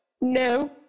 No